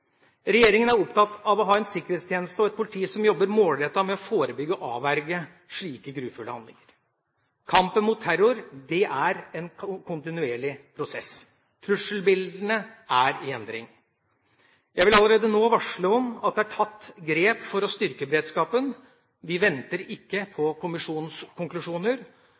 Regjeringa er opptatt av å ha en sikkerhetstjeneste og et politi som jobber målrettet med å forebygge og avverge slike grufulle handlinger. Kampen mot terror er en kontinuerlig prosess. Trusselbildene er i endring. Jeg vil allerede nå varsle om at det er tatt grep for å styrke beredskapen. Vi venter ikke på kommisjonens